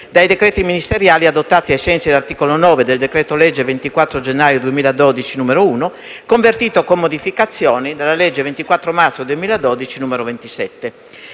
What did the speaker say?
dai decreti ministeriali adottati ai sensi dell'articolo 9 del decreto-legge 24 gennaio 2012, n. 1, convertito con modificazioni nella legge 24 marzo 2012, n. 27.